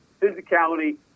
physicality